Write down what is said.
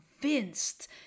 convinced